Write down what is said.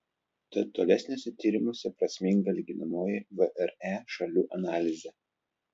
tad tolesniuose tyrimuose prasminga lyginamoji vre šalių analizė